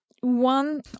One